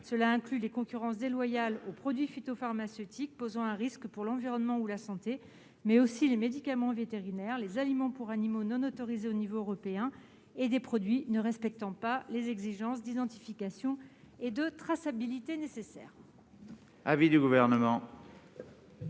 Cela inclut les concurrences déloyales aux produits phytopharmaceutiques posant un risque pour l'environnement ou la santé, mais aussi les médicaments vétérinaires, les aliments pour animaux non autorisés à l'échelon européen et les produits ne respectant pas les exigences d'identification et de traçabilité nécessaires. Quel est l'avis du Gouvernement